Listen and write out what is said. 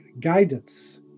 guidance